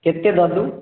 कतेक दऽ दू